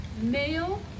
male